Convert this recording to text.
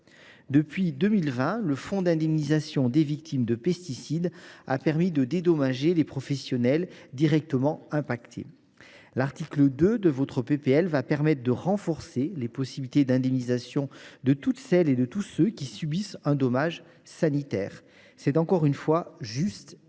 Depuis 2020, le fonds d’indemnisation des victimes de pesticides a permis de dédommager les professionnels directement touchés. L’article 2 du texte permettra de renforcer les possibilités d’indemnisation de toutes celles et de tous ceux qui subissent un dommage sanitaire. C’est, encore une fois, juste et légitime.